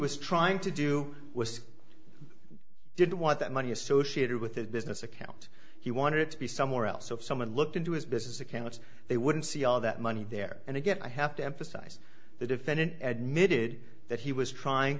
was trying to do was didn't want that money associated with his business account he wanted it to be somewhere else so if someone looked into his business accounts they wouldn't see all that money there and again i have to emphasize the defendant admitted that he was trying